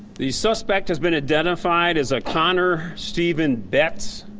the suspect has been identified as a conner steven betts.